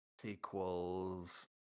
sequels